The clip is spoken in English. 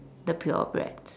the purebreds